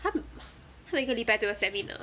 how to 她每个礼拜都有 seminar ah